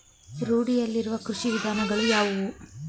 ರೂಢಿಯಲ್ಲಿರುವ ಕೃಷಿ ವಿಧಾನಗಳು ಯಾವುವು?